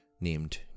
named